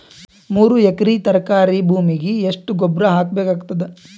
ಮೂರು ಎಕರಿ ತರಕಾರಿ ಭೂಮಿಗ ಎಷ್ಟ ಗೊಬ್ಬರ ಹಾಕ್ ಬೇಕಾಗತದ?